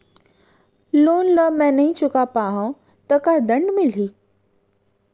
Loan ला मैं नही चुका पाहव त का दण्ड मिलही?